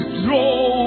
draw